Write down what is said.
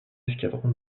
escadron